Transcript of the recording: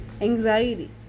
anxiety